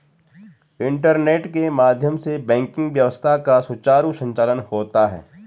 internet के माध्यम से बैंकिंग व्यवस्था का सुचारु संचालन होता है